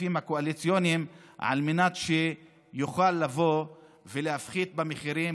השותפים הקואליציוניים על מנת שיוכל לבוא ולהפחית במחירים,